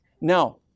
Now